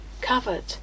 covered